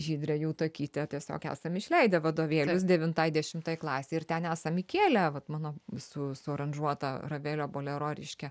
žydre jautakyte tiesiog esam išleidę vadovėlius devintai dešimtai klasei ir ten esam įkėlę vat mano su suaranžuotą ravelio bolero reiškia